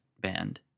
band